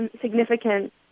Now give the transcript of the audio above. significant